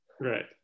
Right